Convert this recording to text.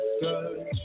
good